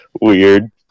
weird